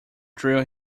drew